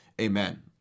Amen